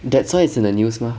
that's why it's in the news mah